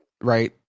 right